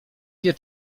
wie